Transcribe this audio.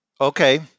Okay